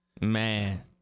Man